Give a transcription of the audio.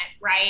right